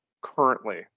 currently